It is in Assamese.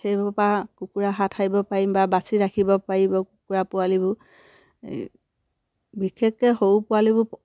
সেইবোৰৰপৰা কুকুৰা হাত সাৰিব পাৰিম বা বাচি ৰাখিব পাৰিব কুকুৰা পোৱালিবোৰ বিশেষকৈ সৰু পোৱালিবোৰ